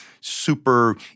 Super